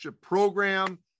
program